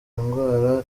ndwara